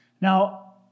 Now